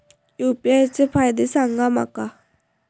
UPI चे फायदे सांगा माका?